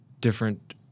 different